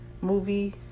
movie